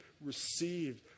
received